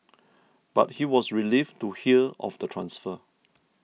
but he was relieved to hear of the transfer